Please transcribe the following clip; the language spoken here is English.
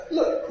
Look